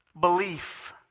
belief